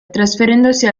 trasferendosi